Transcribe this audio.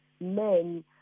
men